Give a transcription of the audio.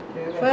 so how